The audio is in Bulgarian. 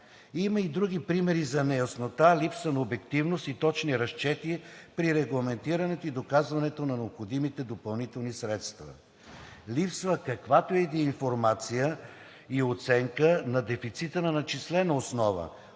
Има и други примери за неяснота, липса на обективност и точни разчети при регламентирането и доказването на необходимите допълнителни средства. Липсва каквато и да е информация и оценка на дефицита на начислена основа